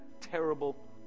terrible